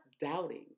doubting